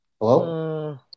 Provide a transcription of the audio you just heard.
Hello